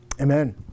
Amen